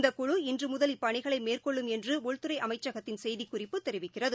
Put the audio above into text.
இந்தக்குழு இன்றுமுதல் இப்பணிகளைமேற்கொள்ளும் என்றுஉள்துறைஅமைச்சகத்தின் செய்திக்குறிப்பு தெரிவிக்கிறது